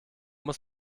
muss